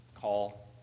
call